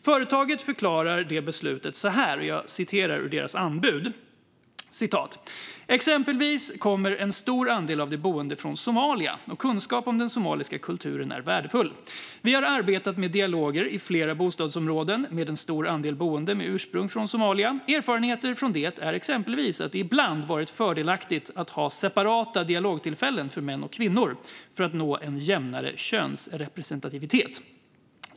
Företaget förklarar det beslutet så här: Exempelvis kommer en stor andel av de boende från Somalia, och kunskap om den somaliska kulturen är värdefull. Vi har arbetat med dialoger i flera bostadsområden med en stor andel boende med ursprung från Somalia. Erfarenheter från det är exempelvis att det ibland har varit fördelaktigt att ha separata dialogtillfällen för män respektive kvinnor för att nå en jämnare könsrepresentativitet.